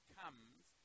comes